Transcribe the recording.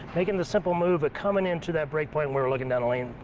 making the simple move coming into that break point, we're looking down the lane,